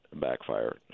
backfire